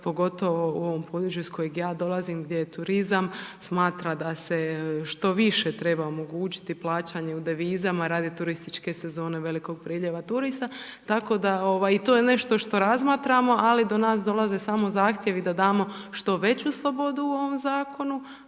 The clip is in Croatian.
pogotovo u ovom području iz kojeg ja dolazim gdje je turizam, smatra da se što više treba omogućiti plaćanje u devizama radi turističke sezone, velikog priljeva turista, tako da ovaj, i to je nešto što razmatramo, ali do nas dolaze samo zahtjevi da damo što veću slobodu u ovom zakonu,